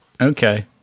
Okay